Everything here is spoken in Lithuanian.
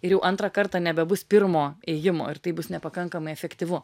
ir jau antrą kartą nebebus pirmo ėjimo ir tai bus nepakankamai efektyvu